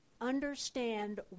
understand